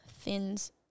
thins